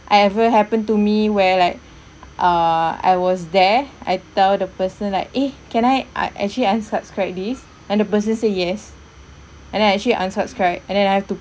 I ever happen to me where like err I was there I tell the person like eh can I I actually unsubscribe this and the person say yes and then I actually unsubscribe and then I have to